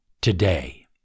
today